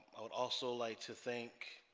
i would also like to thank